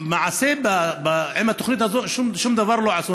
למעשה עם התוכנית הזאת שום דבר לא עשו,